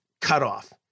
cutoff